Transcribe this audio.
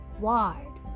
wide